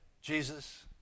jesus